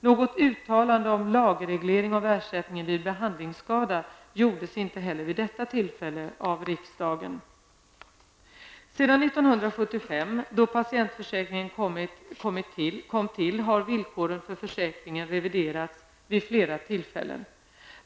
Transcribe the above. Något uttalande om lagreglering av ersättningen vid behandlingsskada gjordes inte heller vid detta tillfälle av riksdagen. Sedan år 1975 då patientförsäkringen kom till har villkoren för försäkringen reviderats vid flera tillfällen.